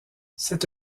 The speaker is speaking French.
c’est